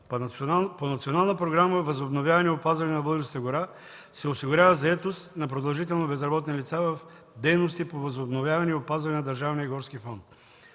По Националната програма „Възобновяване и опазване на българската гора” се осигурява заетост на продължително безработни лица в дейности по възобновяване и опазване на държавния горски фонд.